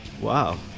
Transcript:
Wow